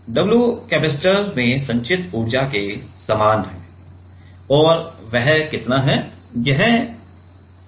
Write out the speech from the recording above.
w capacitor में संचित ऊर्जा के समान है और वह कितना है